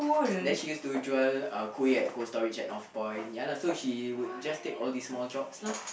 then she used to jual uh kueh at Cold-Storage at Northpoint ya lah so she would just take all these small jobs lah